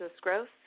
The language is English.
Growth